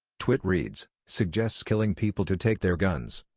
twitt reads suggests killing people to take their guns,